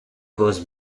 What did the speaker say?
was